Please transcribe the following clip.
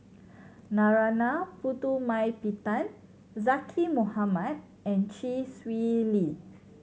Narana Putumaippittan Zaqy Mohamad and Chee Swee Lee